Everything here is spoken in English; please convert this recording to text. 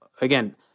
Again